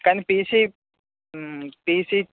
కానీ తీసి తీసి